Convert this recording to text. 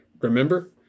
remember